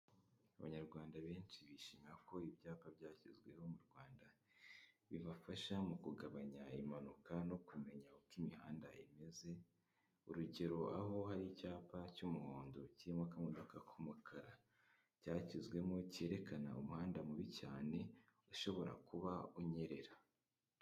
Abanyarwanda benshi bishimira ko ibyapa byagezweho mu Rwanda, bibafasha mu kugabanya impanuka no kumenya uko imihanda imeze, urugero aho hari icyapa cy'umuhondo cyirimo akamodoka k'umukara cyashyizwemo cyerekana umuhanda mubi cyane ushobora kuba unyerera.